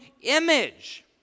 image